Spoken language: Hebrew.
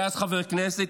שהיה אז חבר כנסת,